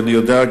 אני יודע,